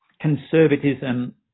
conservatism